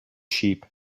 sheep